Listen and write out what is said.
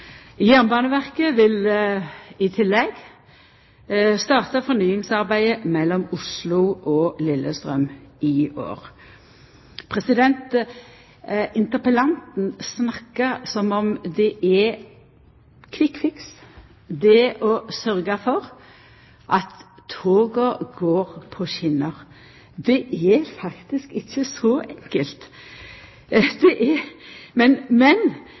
Jernbaneverket vil i tillegg starta fornyingsarbeidet mellom Oslo og Lillestrøm i år. Interpellanten snakkar som om det er «quick fix» å sørgja for at toga går på skjener. Det er faktisk ikkje så enkelt. Men når fornyingsarbeidet på strekninga Lysaker–Etterstad, og samtidig nytt dobbeltspor i Vestkorridoren, er